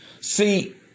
See